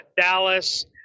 Dallas